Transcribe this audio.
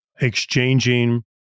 exchanging